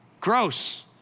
gross